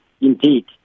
indeed